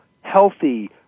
healthy